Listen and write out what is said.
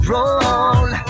Roll